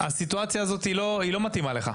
הסיטואציה הזאת לא מתאימה לך.